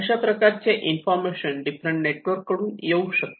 अशा प्रकारचे information different network कडून येऊ शकते